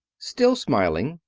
still smiling,